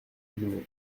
mont